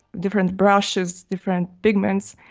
different brushes, different pigments,